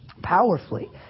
powerfully